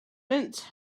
mince